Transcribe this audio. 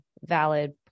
valid